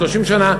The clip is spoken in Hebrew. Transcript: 30 שנה,